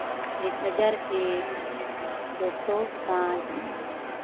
ᱮᱹᱠ ᱦᱟᱡᱟᱨ ᱮᱹᱠ ᱪᱷᱚᱥᱚ ᱯᱟᱸᱪ